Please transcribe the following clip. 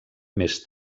més